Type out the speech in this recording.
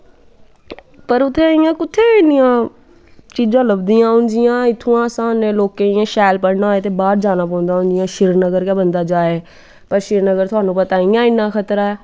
पर उत्थै इ'यां कुत्थै इन्नियां चीजां लब्भदियां हून जियां इत्थुआं साढ़े नेह् लोकें गै शैल पढ़ना होए ते बाह्र जाना पौंदा हून जियां श्रीनगर गै बंदा जाए पर श्रीनगर स्हानूं पता ऐ इयां इन्ना खतरा ऐ